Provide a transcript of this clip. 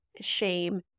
shame